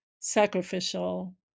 sacrificial